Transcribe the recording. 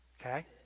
Okay